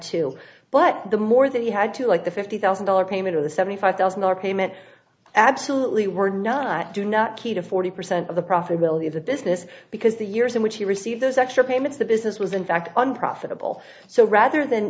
to but the more that he had to like the fifty thousand dollars payment of the seventy five thousand rpm it absolutely were not do not key to forty percent of the profitability of the business because the years in which he received those extra payments the business was in fact unprofitable so rather than